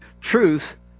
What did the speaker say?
Truth